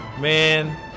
Man